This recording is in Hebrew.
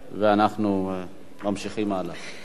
ואנחנו ממשיכים הלאה.